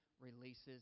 releases